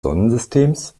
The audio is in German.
sonnensystems